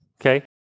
okay